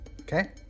Okay